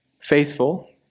faithful